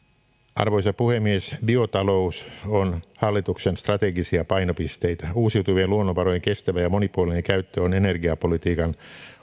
arvoisa puhemies biotalous on hallituksen strategisia painopisteitä uusiutuvien luonnonvarojen kestävä ja monipuolinen käyttö on energiapolitiikan